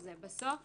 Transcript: בסוף